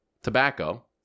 Tobacco